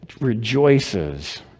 rejoices